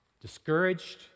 discouraged